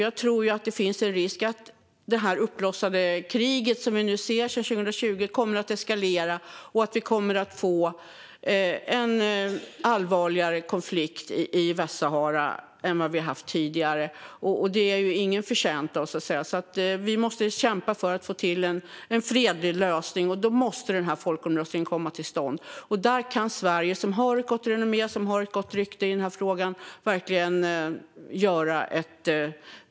Jag tror att det finns en risk att det krig som har blossat upp sedan 2020 kommer att eskalera och att det kommer att bli en allvarligare konflikt i Västsahara än tidigare. Det är ingen förtjänt av. Vi måste kämpa för att få till en fredlig lösning. Då måste folkomröstningen komma till stånd. Där kan Sverige, som har gott renommé och gott rykte i frågan, verkligen bidra.